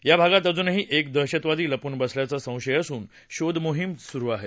या भागात अजूनही एक दहशतवादी लपून बसल्याचा संशय असून शोधमोहिम सुरु आहे